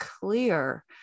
clear